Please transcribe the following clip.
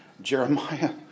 Jeremiah